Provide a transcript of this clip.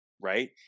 right